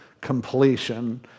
completion